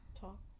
Talk